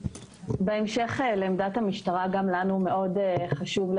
בהמשך לעמדת המשטרה גם לנו חשוב מאוד